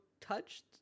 touched